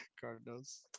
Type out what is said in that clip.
Cardinals